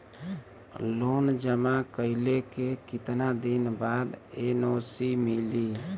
Loan जमा कइले के कितना दिन बाद एन.ओ.सी मिली?